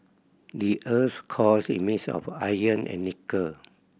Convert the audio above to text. the earth's core is of iron and nickel